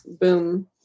boom